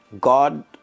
God